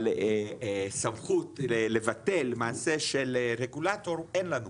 אבל, סמכות לבטל מעשה של רגולטור אין לנו.